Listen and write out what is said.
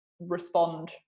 respond